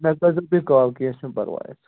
مےٚ کٔرۍزیو تُہۍ کال کیٚنٛہہ چھُنہٕ پَرواے حظ